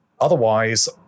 otherwise